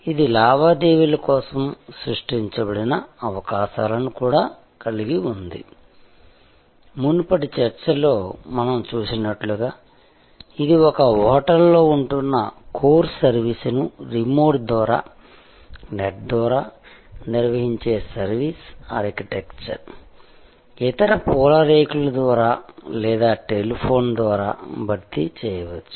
ఇది లావాదేవీల కోసం సృష్టించబడిన అవకాశాలను కూడా కలిగి ఉంది మునుపటి చర్చలో మనం చూసినట్లుగా ఇది ఒక హోటల్లో ఉంటున్న కోర్ సర్వీస్ను రిమోట్ ద్వారా నెట్ ద్వారా నిర్వహించే సర్వీస్ ఆర్కిటెక్చర్ ఇతర పూల రేకుల ద్వారా లేదా టెలిఫోన్ ద్వారా భర్తీ చేయవచ్చు